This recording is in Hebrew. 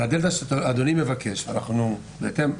הדלתא שאדוני מבקש אנחנו לומדים אותה